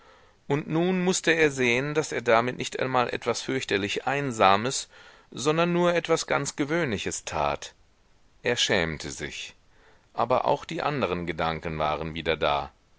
und nun mußte er sehen daß er damit nicht einmal etwas fürchterlich einsames sondern nur etwas ganz gewöhnliches tat er schämte sich aber auch die anderen gedanken waren wieder da